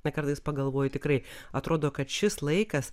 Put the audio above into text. na kartais pagalvoju tikrai atrodo kad šis laikas